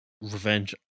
revenge